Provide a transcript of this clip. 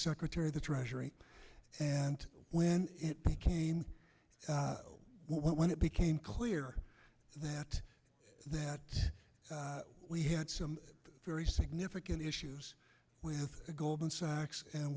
secretary of the treasury and when it became when it became clear that that we had some very significant issues with goldman sachs and